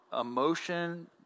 emotion